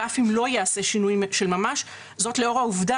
ואף אם לא ייעשו שינויים של ממש..." והנה,